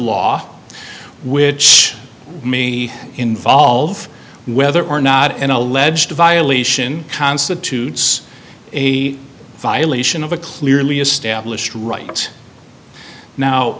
law which me involve whether or not an alleged violation constitutes a violation of a clearly established right now